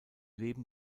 leben